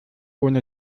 ohne